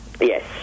Yes